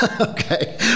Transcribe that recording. okay